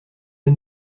pas